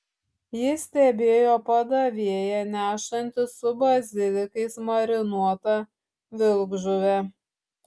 ji stebėjo padavėją nešantį su bazilikais marinuotą vilkžuvę